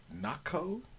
Naco